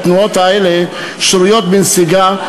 שהתנועות האלה שרויות בנסיגה,